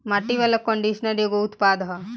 माटी वाला कंडीशनर एगो उत्पाद ह